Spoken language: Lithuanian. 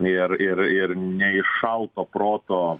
ir ir ir ne iš šalto proto